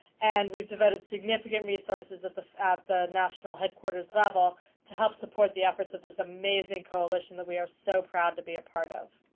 and we've devoted significant resources at the at the national headquarters level to help support the efforts of this amazing coalition that we are so proud to be a part of.